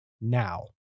now